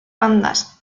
bandas